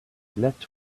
let